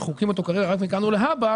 מחוקקים אותו כרגע רק מכאן ולהבא,